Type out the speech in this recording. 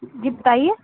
جی بتائیے